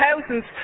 thousands